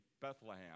Bethlehem